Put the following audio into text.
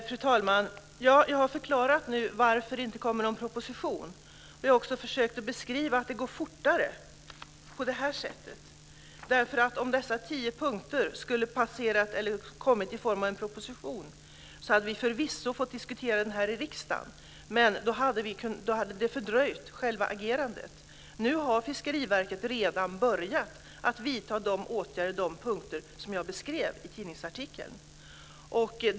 Fru talman! Jag har förklarat varför det inte kommer någon proposition. Jag har också försökt att beskriva att det går fortare på det här sättet. Om dessa tio punkter skulle ha kommit i form av en proposition hade vi förvisso fått diskutera dem här i riksdagen, men då hade det fördröjt själva agerandet. Nu har Fiskeriverket redan börjat vidta de åtgärder som jag beskrev i mina punkter i tidningsartikeln.